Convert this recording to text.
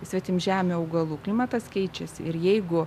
svetimžemių augalų klimatas keičiasi ir jeigu